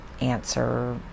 answer